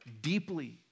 deeply